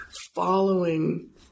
following